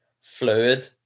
fluid